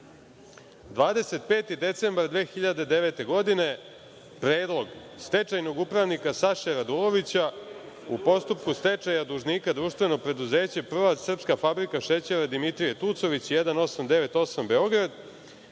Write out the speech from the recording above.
25, 2009. godine, predlog stečajnog upravnika Saše Radulovića u postupku stečaja dužnika Društveno preduzeće Prva srpska fabrika šećera „Dimitrije Tucović 1898“ Beograd